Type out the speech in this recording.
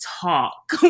talk